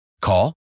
Call